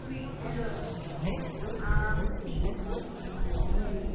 पिठलं आमटी भरी